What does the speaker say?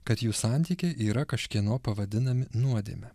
kad jų santykiai yra kažkieno pavadinami nuodėme